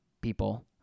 people